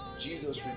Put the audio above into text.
Jesus